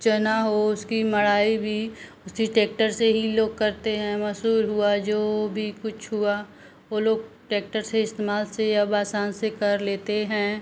चना हो उसकी मड़ाई वी उसी टैक्टर से ही लोग करते हैं मैसूर हुआ जो भी कुछ हुआ वो लोग ट्रेक्टर से इस्तेमाल से अब आसान से कर लेते हैं